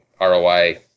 ROI